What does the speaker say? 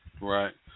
Right